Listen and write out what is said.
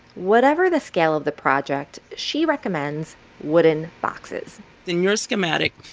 whatever the scale of the project, she recommends wooden boxes in your schematic,